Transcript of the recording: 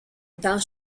dans